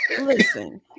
Listen